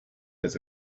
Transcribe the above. his